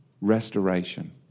restoration